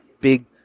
big